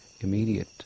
immediate